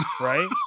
right